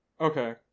Okay